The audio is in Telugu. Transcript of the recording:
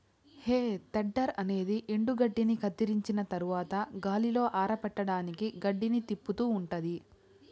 హే తెడ్డర్ అనేది ఎండుగడ్డిని కత్తిరించిన తరవాత గాలిలో ఆరపెట్టడానికి గడ్డిని తిప్పుతూ ఉంటాది